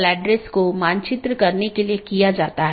दूसरा BGP connection बनाए रख रहा है